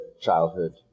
childhood